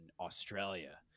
Australia